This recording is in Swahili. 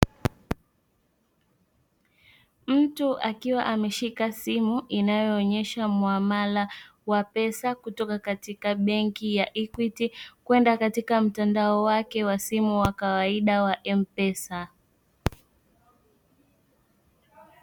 Mtu akiwa ameshika simu, inayoonyesha muamala wa pesa kutoka katika benki ya "Equity" kwenda katika mtandao wake wa simu wakawaida wa M-pesa.